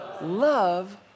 love